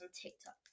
TikTok